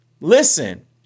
Listen